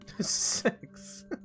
six